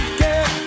get